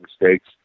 mistakes